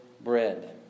bread